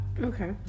Okay